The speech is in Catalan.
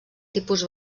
tipus